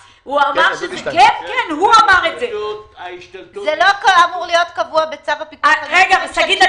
זה לא אמור להיות קבוע בצו הפיקוח על המחירים?